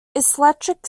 eclectic